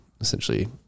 essentially